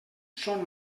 són